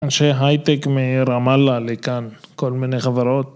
אנשי הייטק מרמאללה לכאן, כל מיני חברות.